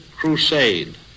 crusade